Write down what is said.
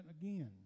again